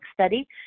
Study